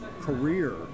career